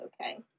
okay